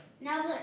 Now